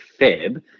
Feb